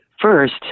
first